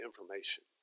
information